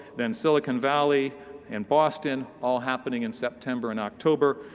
then silicon valley and boston, all happening in september and october,